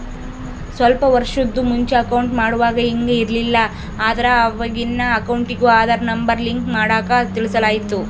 ಸ್ವಲ್ಪ ವರ್ಷುದ್ ಮುಂಚೆ ಅಕೌಂಟ್ ಮಾಡುವಾಗ ಹಿಂಗ್ ಇರ್ಲಿಲ್ಲ, ಆದ್ರ ಅವಾಗಿನ್ ಅಕೌಂಟಿಗೂ ಆದಾರ್ ನಂಬರ್ ಲಿಂಕ್ ಮಾಡಾಕ ತಿಳಿಸಲಾಯ್ತು